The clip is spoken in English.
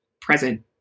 present